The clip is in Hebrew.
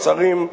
השרים,